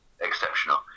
exceptional